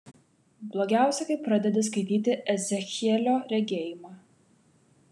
blogiausia kai pradedi skaityti ezechielio regėjimą